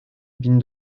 bin